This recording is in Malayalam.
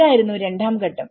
ഇതായിരുന്നു രണ്ടാം ഘട്ടം